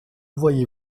voyez